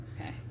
Okay